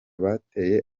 bateye